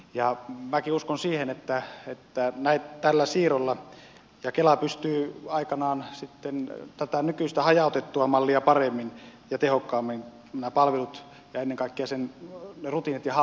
minäkin uskon siihen että tämän siirron seurauksena kela pystyy aikanaan sitten tätä nykyistä hajautettua mallia paremmin ja tehokkaammin nämä palvelut ja ennen kaikkea ne rutiinit ja hallinnot järjestämään